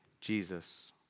Jesus